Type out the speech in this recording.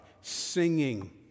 singing